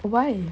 why